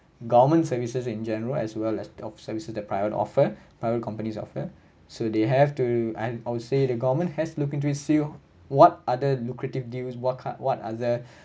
government services in general as well as the services the private offer private companies offer so they have to and I would say the government has looking to ensue what other lucrative deals what kind what other